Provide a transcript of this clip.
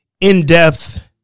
in-depth